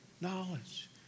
knowledge